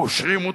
קושרים אותו,